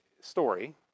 story